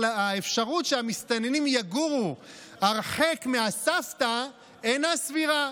האפשרות שהמסתננים יגורו הרחק מהסבתא אינה סבירה.